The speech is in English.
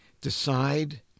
decide